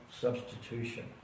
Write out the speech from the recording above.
substitution